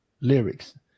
lyrics